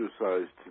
exercise